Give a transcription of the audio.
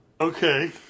okay